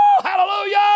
hallelujah